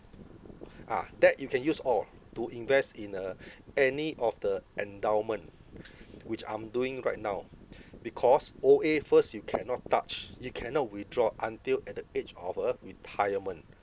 ah that you can use all to invest in uh any of the endowment which I'm doing right now because O_A first you cannot touch you cannot withdraw until at the age of uh retirement